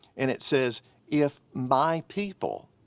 and it says if my people,